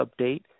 update